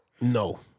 No